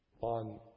on